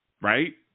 Right